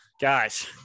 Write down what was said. guys